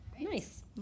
Nice